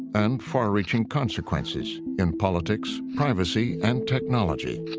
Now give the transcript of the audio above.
and far-reaching consequences, in politics, privacy, and technology.